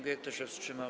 Kto się wstrzymał?